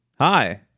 Hi